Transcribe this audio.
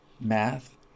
math